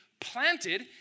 planted